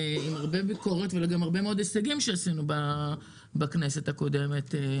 עם הרבה ביקורת וגם הרבה מאוד הישגים שהגענו אליהם בכנסת הקודמת.